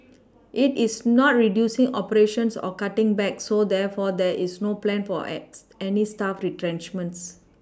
it is not Reducing operations or cutting back so therefore there is no plan for as any staff retrenchments